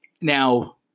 Now